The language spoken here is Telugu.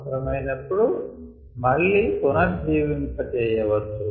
అవసరమయినప్పుడు మళ్లీ పునర్జీవింప చేయవచ్చు